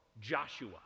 Joshua